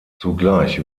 zugleich